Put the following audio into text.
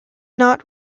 not